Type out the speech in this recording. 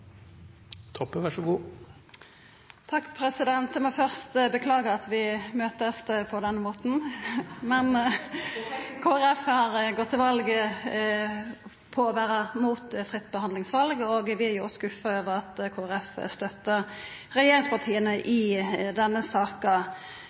må først beklaga at vi møtest på denne måten. Det går helt fint. Men Kristeleg Folkeparti har gått til val på å vera imot fritt behandlingsval, og vi er jo òg skuffa over at Kristeleg Folkeparti støttar regjeringspartia i denne saka.